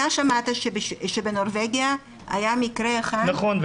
אתה שמעת שבנורבגיה היה מקרה אחד --- נכון,